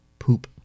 Poop